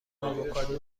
آووکادو